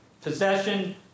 possession